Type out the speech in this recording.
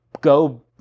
go